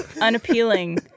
unappealing